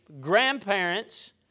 grandparents